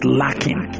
lacking